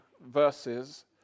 verses